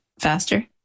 faster